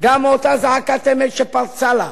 גם מאותה זעקת אמת שפרצה לה.